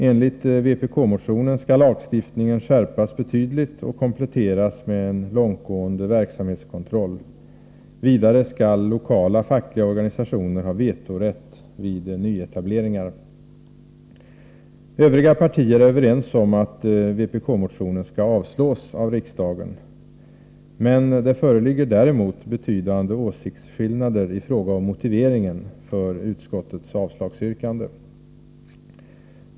Enligt vpk-motionen skall lagstiftningen skärpas betydligt och kompletteras med en långtgående verksamhetskontroll. Vidare skall lokala fackliga organisationer ha vetorätt vid nyetableringar. Övriga partier är överens om att vpk-motionen skall avslås av riksdagen. Däremot föreligger det betydande åsiktsskillnader i fråga om motiveringen för utskottets avslagsyrkande.